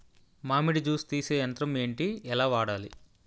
మామిడి జూస్ తీసే యంత్రం ఏంటి? ఎలా వాడాలి?